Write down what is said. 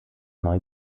neu